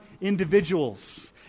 individuals